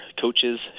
coaches